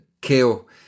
kill